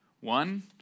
One